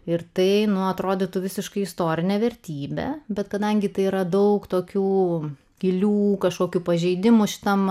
ir tai nuo atrodytų visiškai istorinę vertybę bet kadangi tai yra daug tokių gilių kažkokių pažeidimų šitam